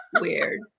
weird